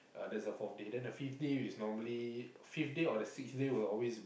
uh that's a fourth day then the fifth day is normally fifth day or the sixth day will always be